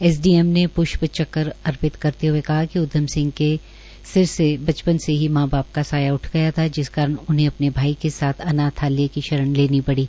SDM ने प्ष्प चक्र अर्पित करते हुए कहा कि उदयम सिंह ने सिर से बचपन से ही मां बाप का साया उठ गया था जिस कारण उन्हें अपने भाई के साथ अनाथलय की शरण लेनी पड़ी